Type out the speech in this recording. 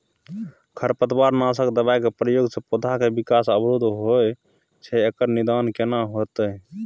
खरपतवार नासक दबाय के प्रयोग स पौधा के विकास अवरुध होय छैय एकर निदान केना होतय?